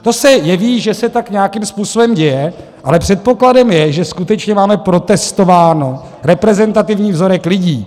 To se jeví, že se nějakým způsobem děje, ale předpokladem je, že skutečně máme protestován reprezentativní vzorek lidí.